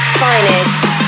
finest